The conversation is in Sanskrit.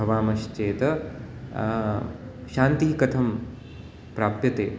भवामश्चेत् शान्तिः कथं प्राप्यते